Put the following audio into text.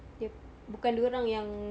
dia bukan dia orang yang